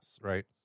right